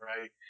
Right